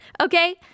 Okay